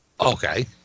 Okay